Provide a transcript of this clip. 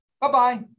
Bye-bye